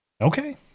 okay